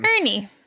Ernie